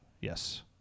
Yes